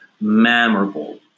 memorable